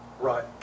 Right